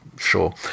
Sure